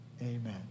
amen